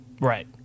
Right